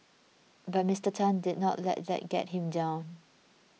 but Mister Tan did not let that get him down